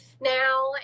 now